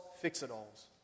fix-it-alls